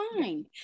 fine